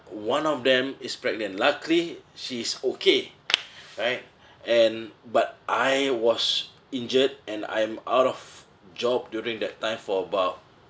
one of them is pregnant luckily she's okay right and but I was injured and I am out of job during that time for about